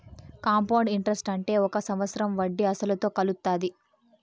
compound interest అంటే ఒక సంవత్సరం వడ్డీ అసలుతో కలుత్తాది